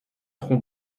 tronc